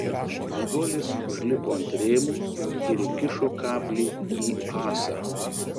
meduolis užlipo ant rėmo ir įkišo kablį į ąsą